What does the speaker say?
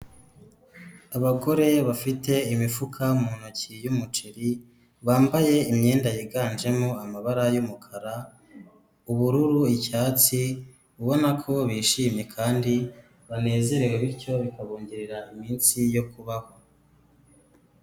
Abagore bafite imifuka mu ntoki y'umuceri, bambaye imyenda yiganjemo amabara y'umukara, ubururu, icyatsi, ubona ko bishimye kandi banezerewe bityo bikabongerera iminsi yo kubaho.